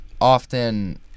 Often